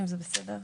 טוב.